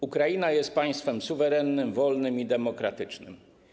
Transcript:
Ukraina jest państwem suwerennym, wolnym i demokratycznym.